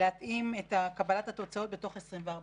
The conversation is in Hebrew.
להתאים את קבלת התוצאות בתוך 24 שעות.